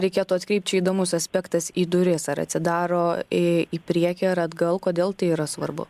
reikėtų atkreipt čia įdomus aspektas į duris ar atsidaro į priekį ar atgal kodėl tai yra svarbu